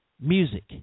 music